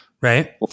Right